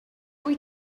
wyt